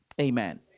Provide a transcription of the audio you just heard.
Amen